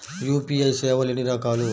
UPI సేవలు ఎన్నిరకాలు?